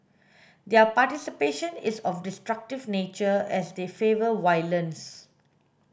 their participation is of destructive nature as they favour violence